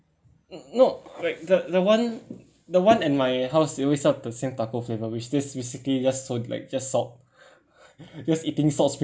no like the the one the one at my house they always sell the same taco flavour which this basically just so like just salt just eating salt